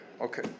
Okay